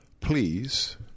Please